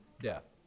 death